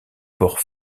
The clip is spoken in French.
port